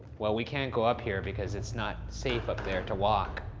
well, we can't go up here because it's not safe up there to walk,